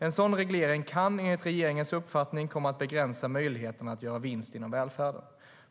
En sådan reglering kan enligt regeringens uppfattning komma att begränsa möjligheterna att göra vinst inom välfärden.